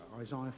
Isaiah